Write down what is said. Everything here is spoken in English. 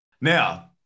Now